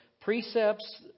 precepts